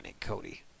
Cody